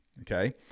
okay